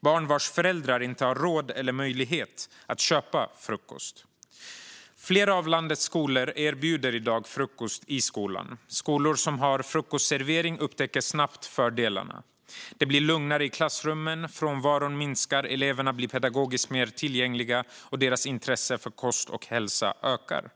barn vars föräldrar inte har råd eller möjlighet att köpa frukost. Flera av landets skolor erbjuder i dag frukost i skolan. Skolor som har frukostservering upptäcker snabbt fördelarna. Det blir lugnare i klassrummen, frånvaron minskar, eleverna blir pedagogiskt mer tillgängliga och deras intresse för kost och hälsa ökar.